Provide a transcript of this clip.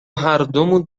هردومون